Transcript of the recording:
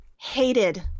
hated